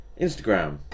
Instagram